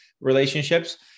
relationships